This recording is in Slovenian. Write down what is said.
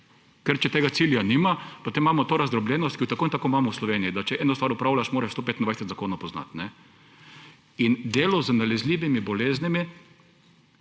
ker če tega cilja nima, potem imamo to razdrobljenost, ki jo tako in tako imamo v Sloveniji, da če eno stvar opravljaš, moraš 125 zakonov poznati, kajne. In delo z nalezljivimi boleznimi